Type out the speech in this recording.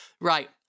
Right